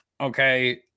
okay